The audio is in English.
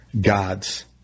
God's